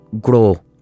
grow